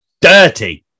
dirty